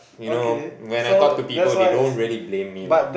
you know when I talk to people they don't really blame me lah